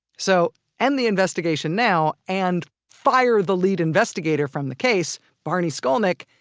so end the investigation now and fire the lead investigator from the case barney skolnik.